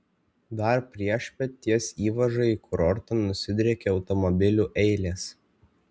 dar priešpiet ties įvaža į kurortą nusidriekė automobilių eilės